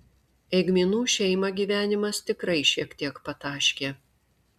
eigminų šeimą gyvenimas tikrai šiek tiek pataškė